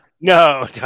No